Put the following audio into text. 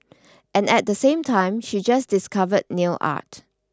and at the same time she just discovered nail art